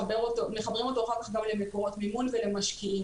ומחברים אותו אחר-כך גם למקורות מימון ולמשקיעים.